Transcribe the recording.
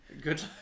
Good